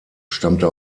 stammte